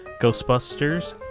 ghostbusters